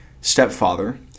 stepfather